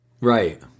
Right